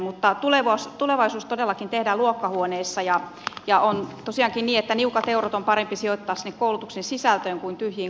mutta tulevaisuus todellakin tehdään luokkahuoneissa ja on tosiaankin niin että niukat eurot on parempi sijoittaa sinne koulutuksen sisältöön kuin tyhjiin kouluseiniin